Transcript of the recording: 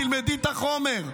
תלמדי את החומר.